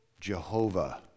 Jehovah